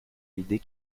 l’idée